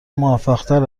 موفقتر